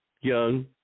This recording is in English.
young